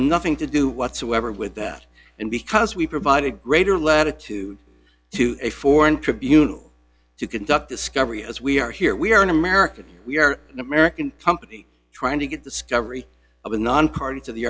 nothing to do whatsoever with that and because we provided greater latitude to a foreign tribunal to conduct discovery as we are here we are an american we are an american company trying to get the scullery of a nonparty to the